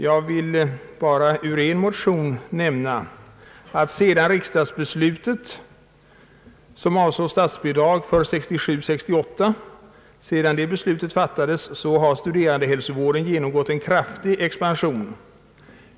Jag vill bara referera till en motion och nämna, att efter riksdagsbeslutet om statsbidrag för budgetåret 1967/68 har hälsovården för studerande genomgått en kraftig expansion.